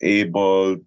able